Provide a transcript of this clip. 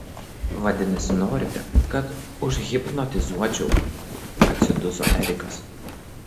vadinasi norite kad užhipnotizuočiau atsiduso erikas